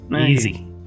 Easy